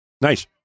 nice